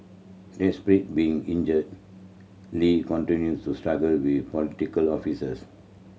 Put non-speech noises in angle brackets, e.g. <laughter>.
<unintelligible> being injured Lee continued to struggle with political officers